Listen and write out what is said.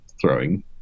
throwing